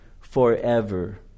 forever